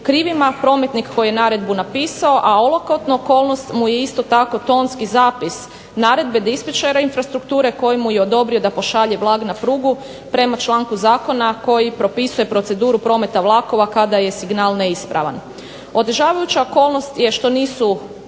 krivima prometnik koji je naredbu napisao, a olakotna okolnost mu je isto tako tonski zapis naredba dispečera infrastrukture koji mu je odobrio da pošalje vlak na prugu prema članku zakona koji propisuje proceduru prometa vlakova kada je signal neispravan. Otežavajuća okolnost je što nisu